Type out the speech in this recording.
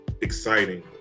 exciting